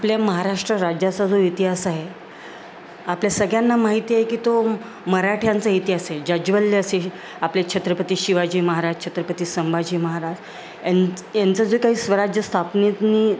आपल्या महाराष्ट्र राज्याचा जो इतिहास आहे आपल्या सगळ्यांना माहिती आहे की तो मराठ्यांचा इतिहास आहे जाज्वल्ल्य असे आपले छत्रपती शिवाजी महाराज छत्रपती संभाजी महाराज यां यांचं जे काही स्वराज्य स्थापनेनी